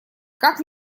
как